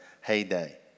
heyday